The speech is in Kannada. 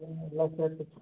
ಏನಿಲ್ಲ ಸರ್ ಟಿಪ್ಸ್